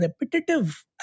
repetitive